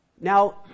Now